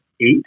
eight